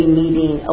meeting